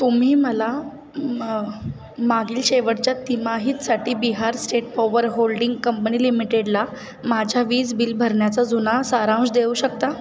तुम्ही मला म मागील शेवटच्या तिमाहीतसाठी Bihar state power holding company लिमिटेडला माझ्या वीज बिल भरण्याचा जुना सारांश देऊ शकता